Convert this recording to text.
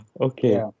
Okay